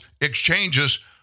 exchanges